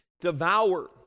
devour